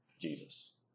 Jesus